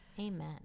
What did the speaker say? amen